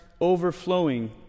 overflowing